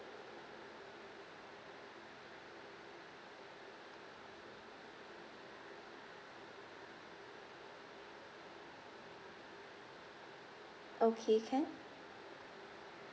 okay can